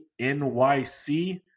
NYC